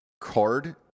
card